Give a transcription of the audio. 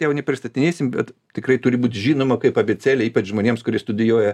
jau nepristatinėsim bet tikrai turi būt žinoma kaip abėcėlė ypač žmonėms kurie studijuoja